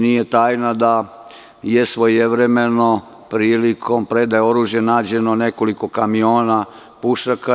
Nije tajna da je svojevremeno prilikom predaje oružja nađeno nekoliko kamiona pušaka.